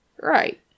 Right